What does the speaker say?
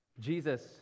Jesus